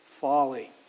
folly